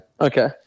okay